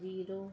zero